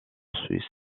suisse